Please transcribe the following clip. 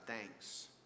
thanks